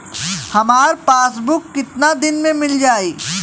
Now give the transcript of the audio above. हमार पासबुक कितना दिन में मील जाई?